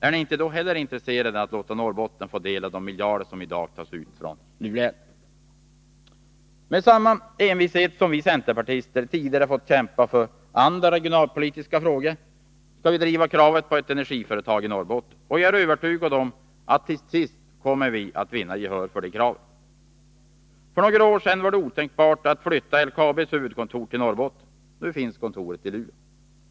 Är ni då inte heller intresserade av att låta Norrbotten få del av de miljarder som i dag tas ut från Lule älv? Med samma envishet som vi centerpartister tidigare fått kämpa för andra regionalpolitiska frågor skall vi driva kravet på ett energiföretag i Norrbotten. Jag är övertygad om att vi till sist kommer att få gehör även för detta krav. För något år sedan var det otänkbart att flytta LKAB:s huvudkontor till Norrbotten. Nu finns kontoret i Luleå.